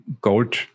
gold